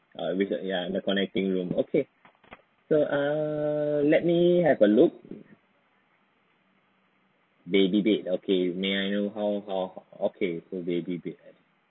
uh with the err ya the connecting room okay so err let me have a look baby bed okay may I know how how okay so baby bed